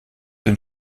den